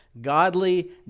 godly